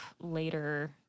later